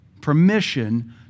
permission